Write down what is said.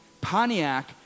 Pontiac